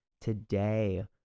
today